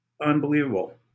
unbelievable